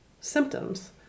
symptoms